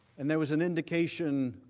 and there was an indication